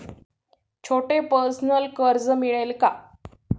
छोटे पर्सनल कर्ज मिळेल का?